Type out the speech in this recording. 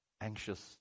Anxious